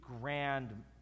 grand